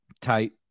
tight